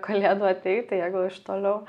kalėdų ateit tai jeigu iš toliau